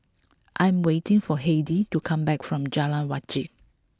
I am waiting for Heidy to come back from Jalan Wajek